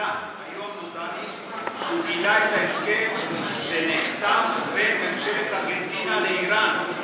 היום נודע לי שהוא גילה את ההסכם שנחתם בין ממשלת ארגנטינה לאיראן.